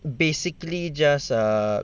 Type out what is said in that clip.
basically just err